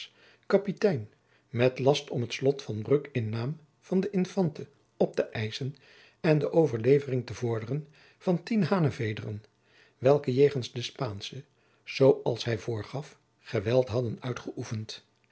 kapitein met last om het slot van bruck in naam van de infante op te eischen en de overlevering te vorderen van tien hanevederen welke jegens de spaanschen zoo als hij voorgaf geweld hadden uitgeoefend